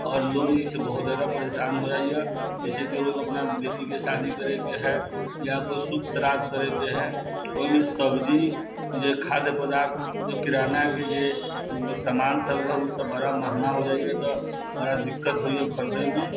आओर लोक भी एहिसँ बहुत ज्यादा परेशान हो जाइए किसीके लोक अपना बेटीके शादी करैके हइ या कोइ सुख श्राद्ध करैके हइ ओहिमे सब्जी जे खाद्य पदार्थ जे किरानाके जे सामान सब हइ ओसब बड़ा महगा हो जाइए तऽ बड़ा दिक्कत होइए खरीदैमे